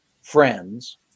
friends